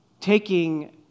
taking